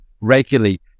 regularly